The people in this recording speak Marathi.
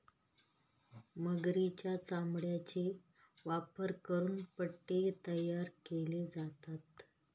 मगरीच्या चामड्याचा वापर करून पट्टे तयार केले जातात